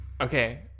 okay